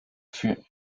für